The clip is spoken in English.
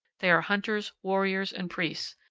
they are hunters, warriors, and priests,